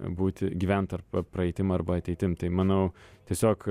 būti gyvent arba praeitim arba ateitim tai manau tiesiog